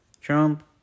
Trump